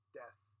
death